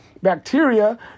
Bacteria